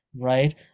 right